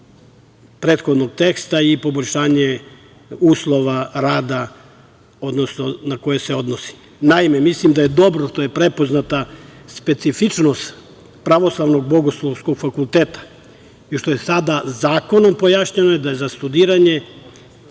prethodnog teksta i poboljšanju uslova rada na koje se odnosi. Naime, mislim da je dobro što je prepoznata specifičnost Pravoslavnog bogoslovskog fakulteta i što je sada zakonom pojašnjeno da je za studiranje